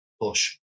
push